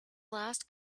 last